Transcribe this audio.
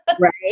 Right